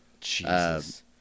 Jesus